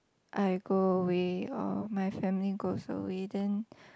I go away or my family goes away then